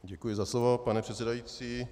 Děkuji za slovo, pane předsedající.